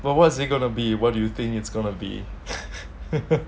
what what's it gonna be what do you think it's gonna be